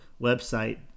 website